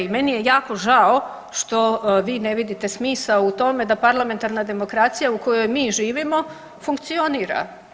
I meni je jako žao što vi ne vidite smisao u tome da parlamentarna demokracija u kojoj mi živimo funkcionira.